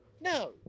No